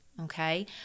Okay